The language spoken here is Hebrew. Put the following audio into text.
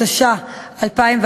התשס"א 2001,